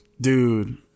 dude